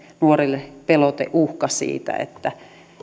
nuorille peloteuhka siitä että